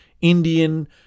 Indian